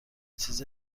چیز